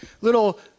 little